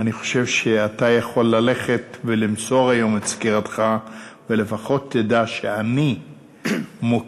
אני חושב שאתה יכול ללכת ולמסור היום את סקירתך ולפחות תדע שאני מוקיר,